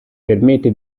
permette